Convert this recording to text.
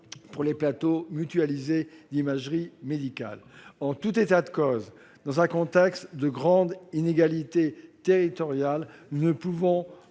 pour les plateaux mutualisés d'imagerie médicale. En tout état de cause, dans un contexte de grande inégalité territoriale, nous ne pouvons